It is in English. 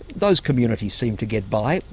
those communities seem to get by,